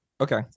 Okay